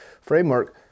framework